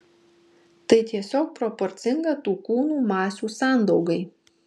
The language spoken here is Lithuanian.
tai tiesiog proporcinga tų kūnų masių sandaugai